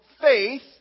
faith